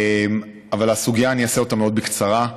את הסוגיה אציג מאוד בקצרה,